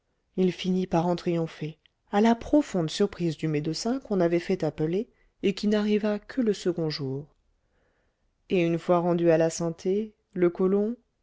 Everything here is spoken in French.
il finit par en triompher à la profonde surprise du médecin qu'on avait fait appeler et qui n'arriva que le second jour et une fois rendu à la santé le colon